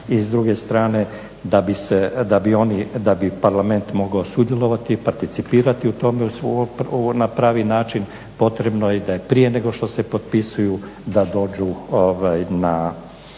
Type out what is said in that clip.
I s druge strane da bi oni, da bi Parlament mogao sudjelovati i participirati u tome na pravi način potrebno je da i prije nego što se potpisuju da dođu na